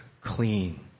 clean